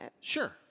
Sure